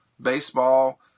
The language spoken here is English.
baseball